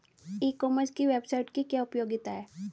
ई commerce की website की क्या उपयोगिता है?